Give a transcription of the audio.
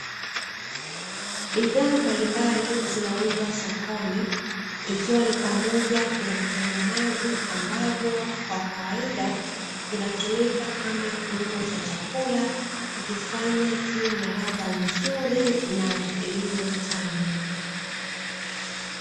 Bidhaa mbalimbali zinauzwa sokoni ikiwa ni pamoja na vitunguu maji, ambavyo kwa kawaida vinatumika kama kiungo cha chakula, kukifanya kiwe na ladha nzuri na iliyo tamu